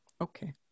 Okay